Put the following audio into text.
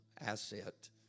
asset